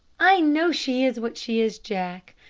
i know she is what she is, jack,